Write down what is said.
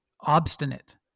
obstinate